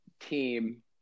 team